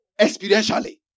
experientially